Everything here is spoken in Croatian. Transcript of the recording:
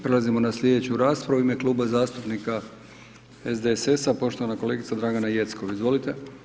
Prelazimo na slijedeću raspravu u ime Kluba zastupnika SDSS-a poštovana kolegica Dragana Jeckov, izvolite.